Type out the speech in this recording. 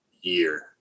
year